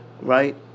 right